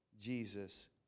Jesus